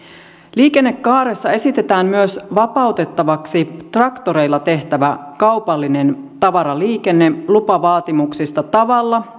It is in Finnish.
liikennekaaressa esitetään myös vapautettavaksi traktoreilla tehtävä kaupallinen tavaraliikenne lupavaatimuksista tavalla